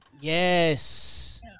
Yes